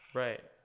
right